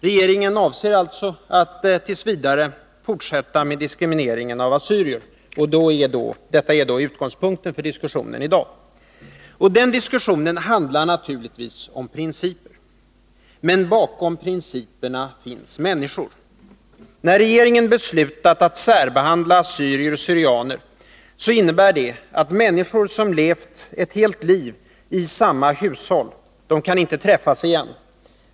Regeringen avser alltså att fortsätta diskrimineringen av assyrier. Detta är då utgångspunkten för diskussionen i dag. Och den diskussionen handlar naturligtvis om principer. Men bakom principerna finns människor. När regeringen beslutat att särbehandla assyrier och syrianer innebär det att människor som alltid levt i samma hushåll inte kan träffas igen.